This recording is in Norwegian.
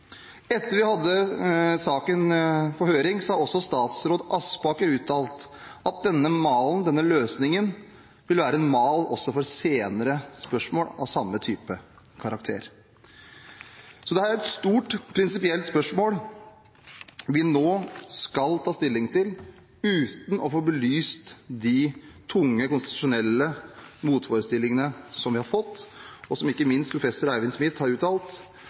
Etter at vi hadde saken på høring, har også statsråd Aspaker uttalt at denne malen ‒ denne løsningen ‒ vil være en mal også for senere spørsmål av samme type og karakter. Det er et stort prinsipielt spørsmål vi nå skal ta stilling til uten å få belyst de tunge konstitusjonelle motforestillingene som vi har fått, og som ikke minst professor Eivind Smith har uttalt